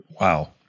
Wow